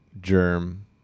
Germ